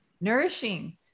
nourishing